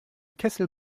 kessel